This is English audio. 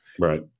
Right